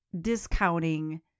discounting